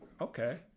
Okay